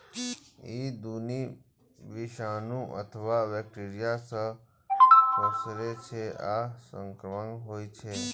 ई दुनू विषाणु अथवा बैक्टेरिया सं पसरै छै आ संक्रामक होइ छै